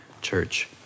church